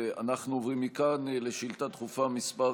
אנחנו עוברים מכאן לשאילתה דחופה מס'